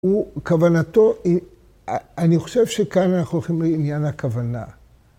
‫הוא, כוונתו, אני חושב שכאן ‫אנחנו הולכים לעניין הכוונה.